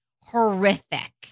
horrific